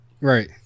Right